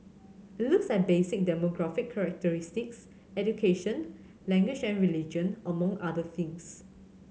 it looks at basic demographic characteristics education language and religion among other things